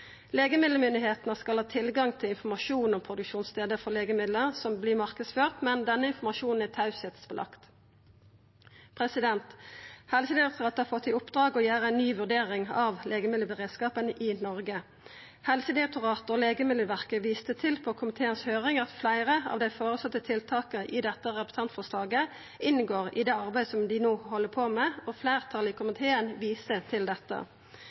skal ha tilgang til informasjon om produksjonsstaden for legemiddel som vert marknadsførte, men den informasjonen er underlagd teieplikt. Helsedirektoratet har fått i oppdrag å gjera ei ny vurdering av legemiddelberedskapen i Noreg. Helsedirektoratet og Statens legemiddelverk viste i høyringa i komiteen til at fleire av dei føreslåtte tiltaka i dette representantforslaget inngår i det arbeidet som dei no held på med, og fleirtalet i komiteen viser til dette.